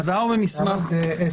אם כן,